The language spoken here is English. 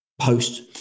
post